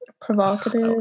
Provocative